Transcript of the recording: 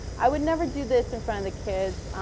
i would never do this in front of the kids.